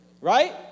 Right